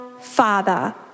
Father